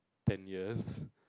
ten years